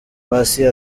passy